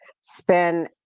spend